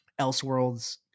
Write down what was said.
Elseworlds